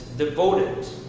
devoted,